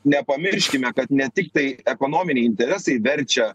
nepamirškime kad ne tiktai ekonominiai interesai verčia